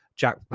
Jack